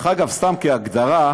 דרך אגב, סתם כהגדרה,